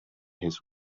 his